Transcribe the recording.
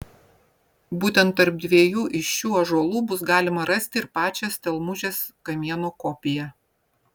būtent tarp dviejų iš šių ąžuolų bus galima rasti ir pačią stelmužės kamieno kopiją